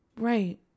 Right